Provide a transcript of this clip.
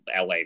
LA